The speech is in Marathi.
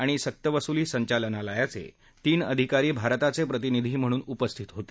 आणि संकवसुली संचालनालयाचे तीन अधिकारी भारताचे प्रतिनिधी म्हणून उपस्थित होते